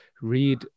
read